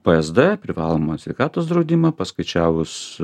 psd privalomąjį sveikatos draudimą paskaičiavus